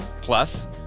Plus